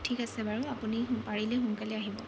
ঠিক আছে বাৰু আপুনি পাৰিলে সোনকালে আহিব